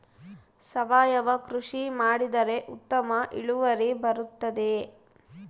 ಸಾವಯುವ ಕೃಷಿ ಮಾಡಿದರೆ ಉತ್ತಮ ಇಳುವರಿ ಬರುತ್ತದೆಯೇ?